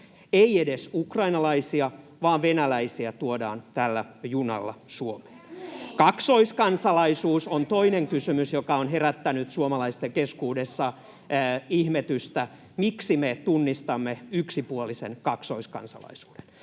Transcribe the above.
Ei edes ukrainalaisia vaan venäläisiä tuodaan tällä junalla Suomeen. [Vasemmalta: Suomalaisia, uskomatonta!] Kaksoiskansalaisuus on toinen kysymys, joka on herättänyt suomalaisten keskuudessa ihmetystä, miksi me tunnistamme yksipuolisen kaksoiskansalaisuuden.